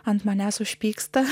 ant manęs užpyksta